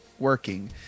working